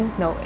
no